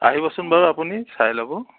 আহিবচোন বাৰু আপুনি চাই ল'ব